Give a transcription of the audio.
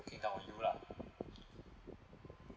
looking down own you lah